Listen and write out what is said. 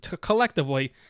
collectively